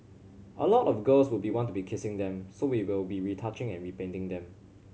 a lot of girls would be want to be kissing them so we will be retouching and repainting them